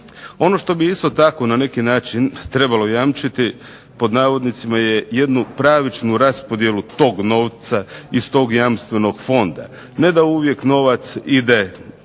Ono što bi isto tako na neki način trebalo jamčiti "jednu pravičnu raspodjelu tog novca iz tog Jamstvenog fonda". Ne da uvijek novac ide